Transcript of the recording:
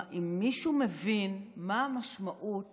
אם מישהו מבין מה המשמעות